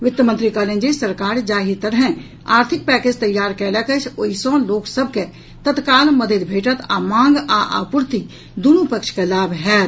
वित्त मंत्री कहलनि अछि जे सरकार जाहि तरहें आर्थिक पैकेज तैयार कयलक अछि ओहि सँ लोक सभ के तत्काल मददि भेंटत आ मांग आ आपूर्ति दूनू पक्ष के लाभ होयत